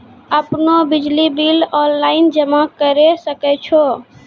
आपनौ बिजली bill online जमा करै सकै छौ?